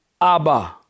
Abba